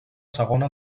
segona